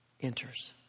enters